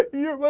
you